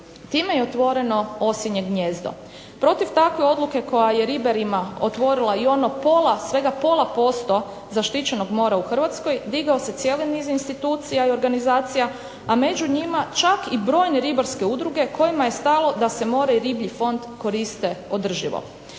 Time je otvoreno osinje gnijezdo. Protiv takve odluke koja je ribarima otvorila i ono pola, svega pola posto zaštićenog mora u Hrvatskoj, digao se cijeli niz institucija i organizacija, a među njima čak i brojne ribarske udruge kojima je stalo da se more i riblji fond koriste održivo.